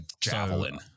javelin